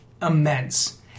immense